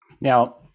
Now